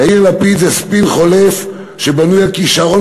יאיר לפיד זה ספין חולף שבנוי על כישרון